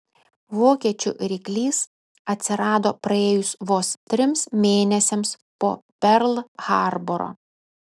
vokiečių ryklys atsirado praėjus vos trims mėnesiams po perl harboro